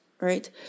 right